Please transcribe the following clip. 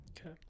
Okay